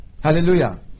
Hallelujah